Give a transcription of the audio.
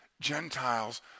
Gentiles